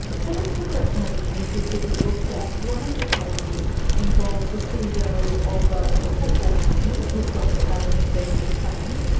so let's talk about some of the cases that you looked at. one of the cases involved the ceo of ah of a football company who felt that they had been defamed.